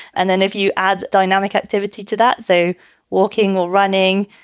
and then if you add dynamic activity to that, so walking or running,